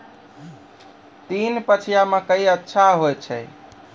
तीन पछिया मकई अच्छा होय छै?